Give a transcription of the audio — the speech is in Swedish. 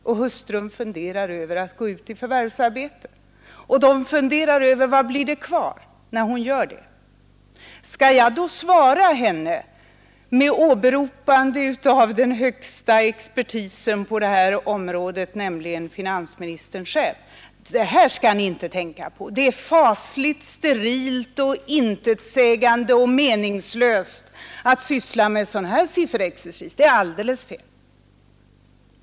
Hustrun funderar på att gå ut i förvärvsarbete. Vad blir det kvar av inkomsten när hon gör det? Skall jag då svara henne med åberopande av den högsta instansen på det här området, nämligen finansministern själv: Det här skall ni inte tänka på. Det är fasligt sterilt och intetsägande och meningslöst att syssla med sådan här sifferexercis. Det är alldeles fel.